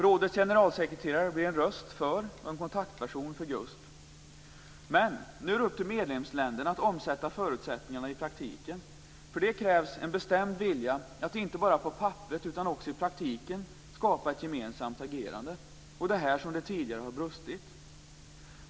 Rådets generalsekreterare blir en röst för och en kontaktperson för GUSP. Men nu är det upp till medlemsländerna att omsätta förutsättningarna i praktiken. För det krävs en bestämd vilja att inte bara på papperet utan också i praktiken skapa ett gemensamt agerande. Det är här som det tidigare har brustit.